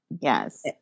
Yes